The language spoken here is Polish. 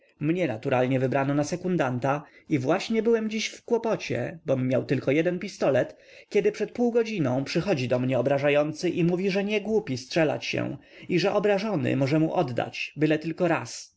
mnie naturalnie wybrano na sekundanta i właśnie byłem dziś w kłopocie bom miał tylko jeden pistolet kiedy przed półgodziną przychodzi do mnie obrażający i mówi że nie głupi strzelać się i że obrażony może mu oddać byle tylko raz